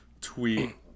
tweet